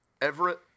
Everett